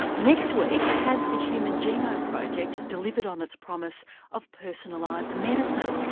next week has the human genome project delivered on its promise of personalised medicine?